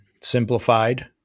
Simplified